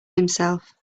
himself